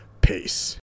Peace